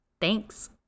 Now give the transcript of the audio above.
Thanks